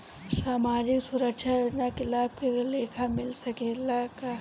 सामाजिक सुरक्षा योजना के लाभ के लेखा मिल सके ला?